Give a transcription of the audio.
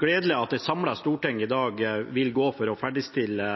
gledelig at et samlet storting i dag vil gå for å ferdigstille